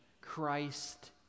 Christ